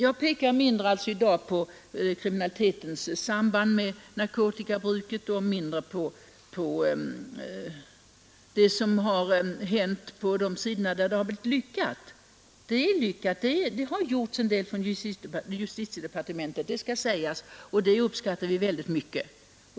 Jag pekar i dag alltså mindre på kriminalitetens samband med narkotikabruket och även mindre på vad som har hänt i de avseenden där man lyckats; det har gjorts en del från justitiedepartementet — det skall sägas — och det uppskattar vi mycket.